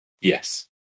Yes